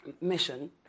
mission